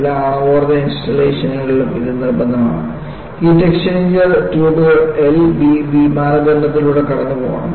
എല്ലാ ആണവോർജ്ജ ഇൻസ്റ്റാളേഷനുകളിലും ഇത് നിർബന്ധമാണ് ഹീറ്റ് എക്സ്ചേഞ്ചർ ട്യൂബുകൾ L B B മാനദണ്ഡങ്ങളിലൂടെ കടന്നുപോകണം